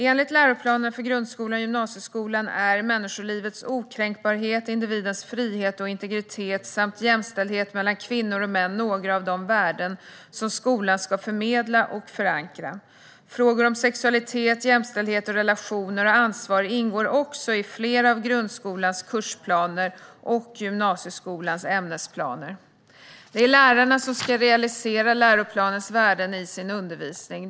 Enligt läroplanerna för grundskolan och gymnasieskolan är människolivets okränkbarhet, individens frihet och integritet samt jämställdhet mellan kvinnor och män några av de värden som skolan ska förmedla och förankra. Frågor om sexualitet, jämställdhet och relationer och ansvar ingår också i flera av grundskolans kursplaner och gymnasieskolans ämnesplaner. Det är lärarna som ska realisera läroplanens värden i sin undervisning.